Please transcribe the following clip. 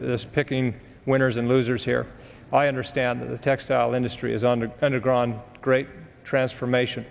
this picking winners and losers here i understand that the textile industry is on the underground great transformation